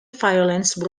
violence